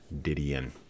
Didion